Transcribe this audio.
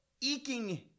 eking